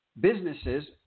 businesses